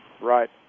Right